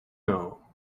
know